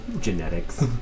Genetics